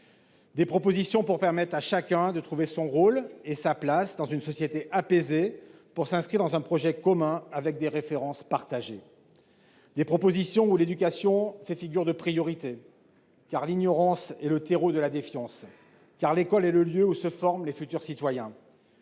Ses propositions visent à permettre à chacun de trouver son rôle et sa place dans une société apaisée et de s'inscrire dans un projet commun, avec des références partagées. Au sein de ces propositions, l'éducation est une priorité, car l'ignorance est le terreau de la défiance et l'école le lieu où sont formés les futurs citoyens.